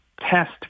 test